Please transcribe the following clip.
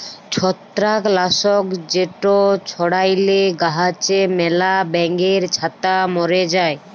ছত্রাক লাসক যেট ছড়াইলে গাহাচে ম্যালা ব্যাঙের ছাতা ম্যরে যায়